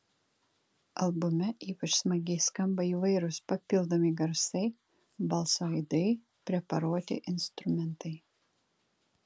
albume ypač smagiai skamba įvairūs papildomi garsai balso aidai preparuoti instrumentai